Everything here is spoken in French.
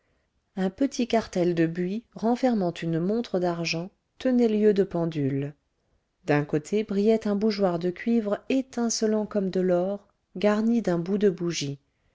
un petit cartel de buis renfermant une montre d'argent tenait lieu de pendule d'un côté brillait un bougeoir de cuivre étincelant comme de l'or garni d'un bout de bougie